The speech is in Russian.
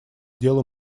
дело